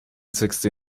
sixty